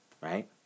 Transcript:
right